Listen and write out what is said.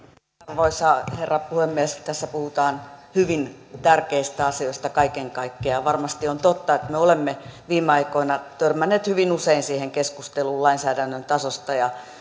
arvoisa herra puhemies tässä puhutaan hyvin tärkeistä asioista kaiken kaikkiaan ja varmasti on totta että me olemme viime aikoina törmänneet hyvin usein keskusteluun lainsäädännön tasosta ja